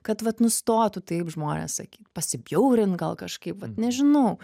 kad vat nustotų taip žmonės sakyk pasibjaurint gal kažkaip vat nežinau